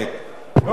לא רק מתנדבים,